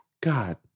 God